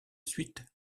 suite